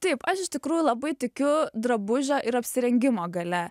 taip aš iš tikrųjų labai tikiu drabužio ir apsirengimo galia